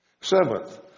Seventh